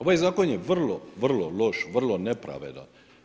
Ovaj zakon je vrlo, vrlo loš, vrlo nepravedan.